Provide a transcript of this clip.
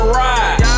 ride